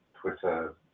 Twitter